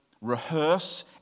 rehearse